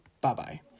bye-bye